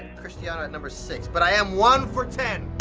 cristiano at number six, but i am one for ten.